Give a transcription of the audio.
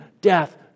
death